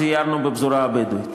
סיירנו בפזורה הבדואית,